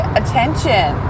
attention